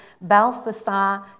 Balthasar